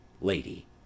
Lady